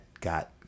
got –